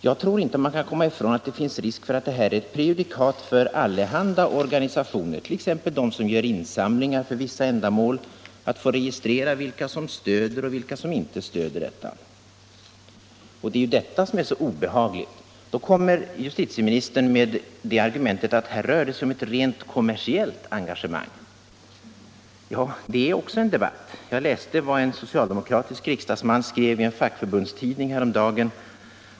Jag tror inte att man kan komma ifrån att det finns risk för att det här är ett prejudikat för allehanda organisationer, t.ex. de som har insamlingar för vissa ändamål, att få registrera vilka som stödjer och vilka som inte stödjer verksamheten. Det är detta som är så obehagligt! Justitieministern anför argumentet att det här rör sig om ett rent kommersiellt engagemang. Det är också en debatt! Jag läste vad en socialdemokratisk riksdagsman skrev i en fackförbundstidning häromdagen.